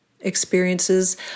experiences